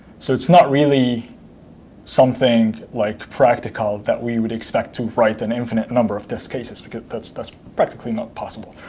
so, it's not really something like practical that we would expect to write an infinite number of test cases. because that's that's practically not possible,